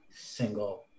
single